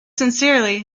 sincerely